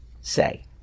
say